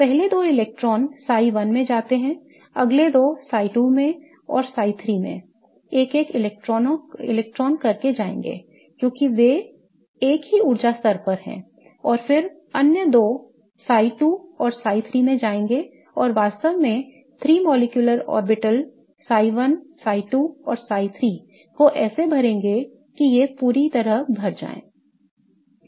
तो पहले दो इलेक्ट्रॉनों psi 1 में जाते हैं अगले दो psi 2 और psi 3 में एक एक इलेक्ट्रॉनों करके जाएंगेक्योंकि वे एक ही ऊर्जा स्तर पर हैं और फिर अन्य दो psi 2 और psi 3 में जाएंगे और वास्तव में 3 molecular orbitals psi 1 psi 2 और psi 3 को ऐसे भरें कि ये सभी पूरी तरह से भर जाएं